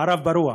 מערב פרוע.